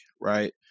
right